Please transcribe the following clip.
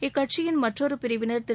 இக்கட்சியின் மற்றொரு பிரிவினர் திரு